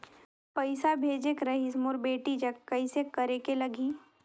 पइसा भेजेक रहिस मोर बेटी जग कइसे करेके लगही?